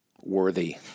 worthy